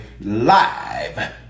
live